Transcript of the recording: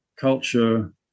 culture